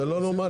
זה לא נורמלי.